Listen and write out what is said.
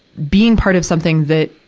being part of something that,